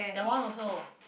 that one also